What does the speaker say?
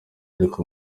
ariko